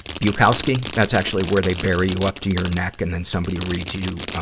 bukowski that's actually where they bury you up to your neck, and then somebody reads you,